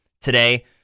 today